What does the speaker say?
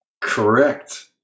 Correct